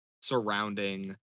surrounding